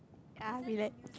ah relax